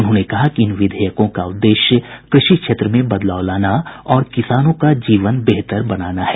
उन्होंने कहा कि इन विधेयकों का उद्देश्य कृषि क्षेत्र में बदलाव लाना और किसानों का जीवन बेहतर बनाना है